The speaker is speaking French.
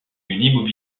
une